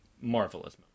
marvelous